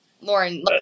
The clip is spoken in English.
Lauren